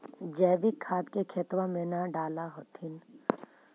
जैवीक खाद के खेतबा मे न डाल होथिं?